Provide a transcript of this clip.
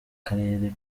karere